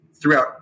throughout